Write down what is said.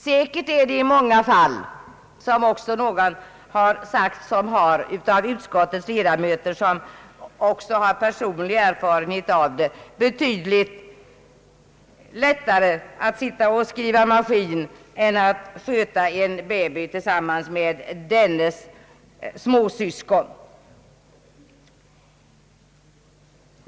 Säkert är det i många fall, som också någon av utskottets ledamöter med personlig erfarenhet har sagt, betydligt lättare att sitta och skriva maskin än att sköta en baby och dennes större syskon.